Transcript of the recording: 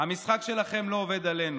הלשכה המשפטית הייתה מוצפת בפניות של התנועה,